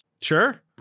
Sure